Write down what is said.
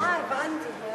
אה, הבנתי.